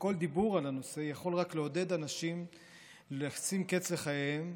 שכל דיבור על הנושא יכול רק לעודד אנשים לשים קץ לחייהם,